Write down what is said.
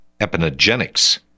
epigenetics